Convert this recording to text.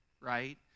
right